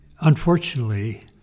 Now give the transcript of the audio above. unfortunately